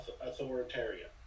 authoritarian